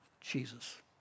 Jesus